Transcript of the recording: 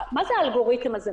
מה האלגוריתם הזה?